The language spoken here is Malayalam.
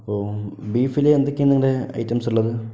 അപ്പോൾ ബീഫിൽ എന്തൊക്കെയാണ് നിങ്ങളുടെ ഐറ്റംസ് ഉള്ളത്